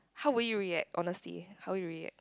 how will you react honestly how will you react